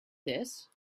this